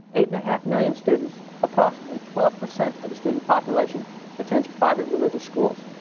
eight and a half million students, approximately twelve percent of the student population attends private religious schools.